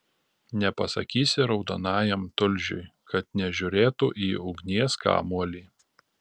nepasakysi raudonajam tulžiui kad nežiūrėtų į ugnies kamuolį